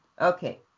Okay